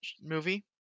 movie